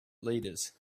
leaders